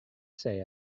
say